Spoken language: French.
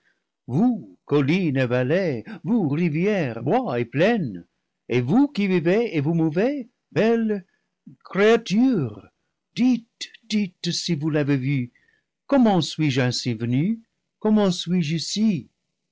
vous collines et vallées vous rivières bois et plaines et vous qui vivez et vous mouvez belles créa tures dites dites si vous l'avez vu comment suis-je ainsi venu comment suis-je ici